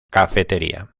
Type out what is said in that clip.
cafetería